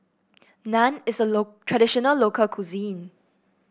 naan is a traditional local cuisine